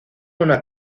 una